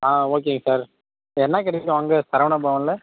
ஆ ஓகேங்க சார் இப்போ என்ன கிடைக்கும் அங்கே சரவண பவனில்